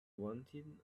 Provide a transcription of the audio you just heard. wanted